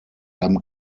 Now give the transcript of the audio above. haben